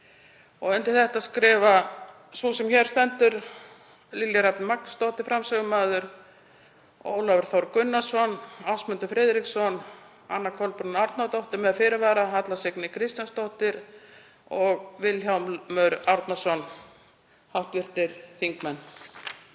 Undir þetta skrifa sú sem hér stendur, Lilja Rafney Magnúsdóttir framsögumaður, Ólafur Þór Gunnarsson, Ásmundur Friðriksson, Anna Kolbrún Árnadóttir, með fyrirvara, Halla Signý Kristjánsdóttir og Vilhjálmur Árnason hv. þingmenn.